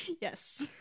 Yes